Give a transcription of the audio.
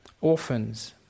Orphans